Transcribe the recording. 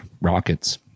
rockets